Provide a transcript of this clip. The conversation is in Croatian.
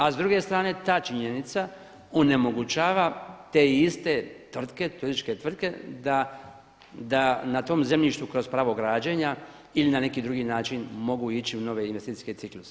A s druge strane ta činjenica onemogućava te iste tvrtke, turističke tvrtke da na tom zemljištu kroz pravo građenja ili na neki drugi način mogu ići u nove investicijske cikluse.